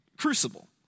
crucible